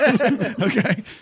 okay